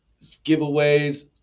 giveaways